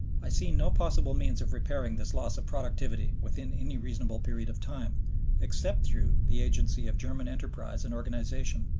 i see no possible means of repairing this loss of productivity within any reasonable period of time except through the agency of german enterprise and organization.